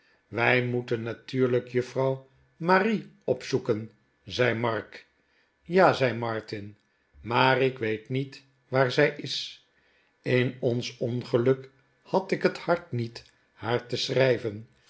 wij moeten natuurlijk juffrouw marie opzoeken zei mark ja t zei martin maar ik weet niet waar zij is in ons ongeluk had ik het hart niet haar te schrijven